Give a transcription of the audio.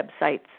websites